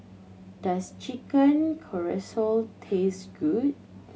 does Chicken Casserole taste good